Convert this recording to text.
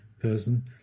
person